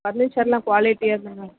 பர்னிச்சரெலாம் குவாலிட்டியாக தானே